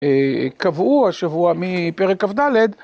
קבעו השבוע מפרק כ"ד.